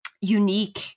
unique